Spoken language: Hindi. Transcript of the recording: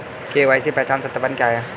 के.वाई.सी पहचान सत्यापन क्या है?